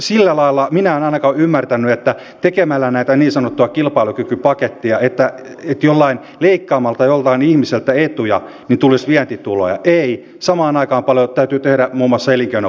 onko siellä hallituksessa tehty minkäänlaisia vaikutusarviointeja siitä kuinka paljon kalliimmaksi nämä leikkauksenne tulevat yhteiskunnalle kuin se että huolehtisimme niistä ihmisistä joiden sairaus ja asema on nyt jo vaakalaudalla